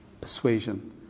persuasion